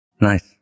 Nice